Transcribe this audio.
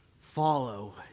follow